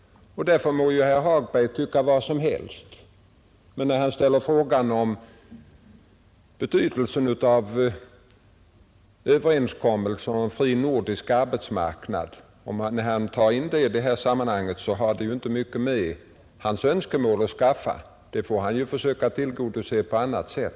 Herr Hagberg må tycka vad som helst, men när han i detta sammanhang tar upp frågan om betydelsen av överenskommelsen om en fri nordisk arbetsmarknad, så har det ju inte mycket med hans önskemål att skaffa. Det önskemålet får herr Hagberg försöka tillgodose på annat sätt.